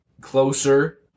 closer